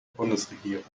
bundesregierung